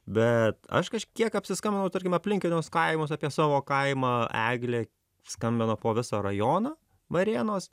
bet aš kažkiek apsiskambinau tarkim aplinkiniuos kaimuos apie savo kaimą eglė skambino po visą rajoną varėnos